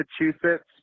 Massachusetts